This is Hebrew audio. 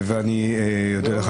וגם השתנה מועד לתשלום שכר העבודה